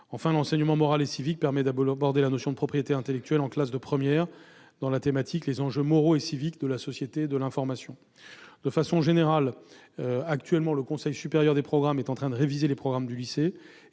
Enfin, l'enseignement moral et civique permet d'aborder la notion de propriété intellectuelle en classe de première, dans la thématique « Les enjeux moraux et civiques de la société de l'information ». Le Conseil supérieur des programmes est en train de réviser les programmes du lycée.